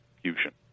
fusion